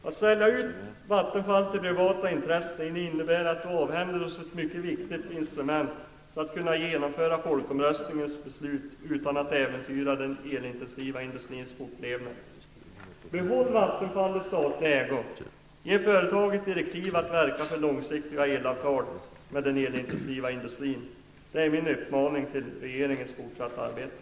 Att sälja ut Vattenfall till privata intressen innebär att vi avhänder oss ett mycket viktigt instrument för att kunna genomföra folkomröstningens beslut, utan att äventyra den elintensiva industrins fortlevnad. Behåll Vattenfall i statlig ägo, och ge företaget direktiv att verka för långsiktiga elavtal med den elintensiva basindustrin! Det är min uppmaning till regeringen i det fortsatta arbetet.